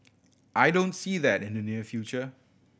I don't see that in the near future